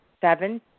Seven